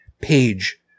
page